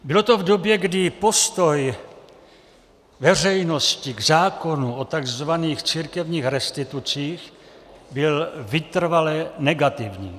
Bylo to v době, kdy postoj veřejnosti k zákonu o takzvaných církevních restitucích byl vytrvale negativní.